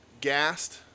Gassed